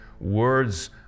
words